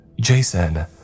jason